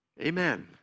Amen